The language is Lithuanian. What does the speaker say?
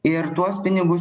ir tuos pinigus